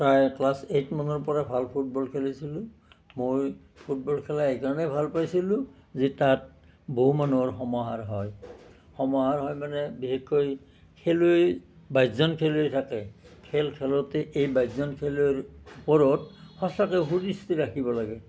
মই class eight মানৰ পৰাই ভাল ফুটবল খেলিছিলো মই ফুটবল খেলা এইকাৰণেই ভাল পাইছিলো যে তাত বহু মানুহৰ সমাহাৰ হয় সমাহাৰ হয় মানে বিশেষকৈ খেলুৱৈ বাইছজন খেলুৱৈ থাকে খেল খেলোঁতে এই বাইছজন খেলুলৈৰ ওপৰত সঁচাকে সুদৃষ্টি ৰাখিব লাগে